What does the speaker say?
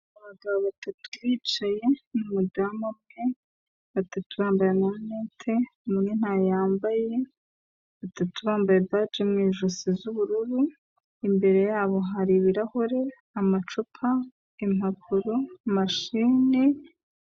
Abagabo batatu bicaye n'umudamu umwe; batatu bambaye amarineti, umwe ntayo yambaye, batatu bambaye baje mu ijosi z'ubururu, mbere yabo hari ibirahuri, amacupa, impapuro, mashini.